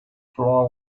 floor